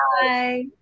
Bye